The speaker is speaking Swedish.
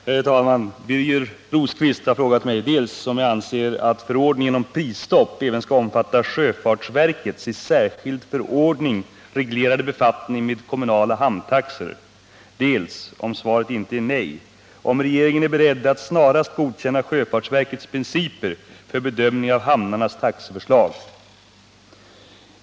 Herr talman! Birger Rosqvist har frågat mig dels om jag anser att förordningen om prisstopp även skall omfatta sjöfartsverkets i särskild förordning reglerade befattning med kommunala hamntaxor, dels, om svaret inte är nej, om regeringen är beredd att snarast godkänna sjöfartsverkets principer för bedömningen av hamnarnas taxeförslag.